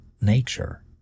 nature